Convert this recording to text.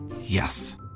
yes